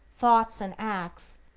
thoughts, and acts,